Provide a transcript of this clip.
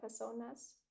personas